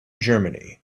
germany